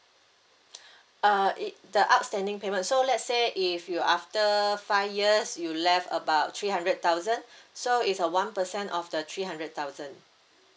uh it the outstanding payment so let's say if you after five years you left about three hundred thousand so it's a one percent of the three hundred thousand